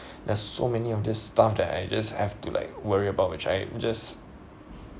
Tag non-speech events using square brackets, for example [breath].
[breath] there's so many of this stuff that I just have to like worry about which I just